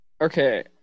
Okay